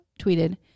tweeted